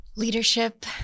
Leadership